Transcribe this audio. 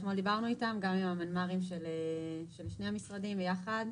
אתמול דיברנו גם עם הנציגים של שני המשרדים יחד,